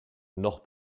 noch